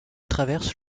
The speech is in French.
traverse